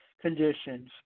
conditions